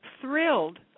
thrilled